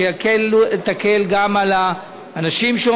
שתקל גם על האנשים,